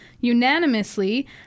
unanimously